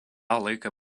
laiką